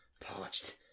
Parched